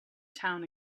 town